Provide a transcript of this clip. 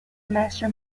master